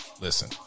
Listen